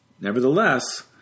Nevertheless